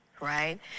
Right